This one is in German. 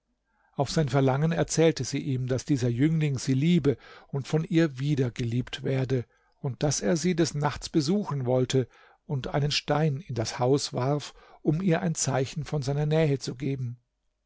auf sein verlangen erzählte sie ihm daß dieser jüngling sie liebe und von ihr wieder geliebt werde und daß er sie des nachts besuchen wollte und einen stein in das haus warf um ihr ein zeichen von seiner nähe zu geben